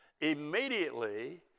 immediately